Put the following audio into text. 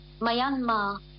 Myanmar